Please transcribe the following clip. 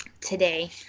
today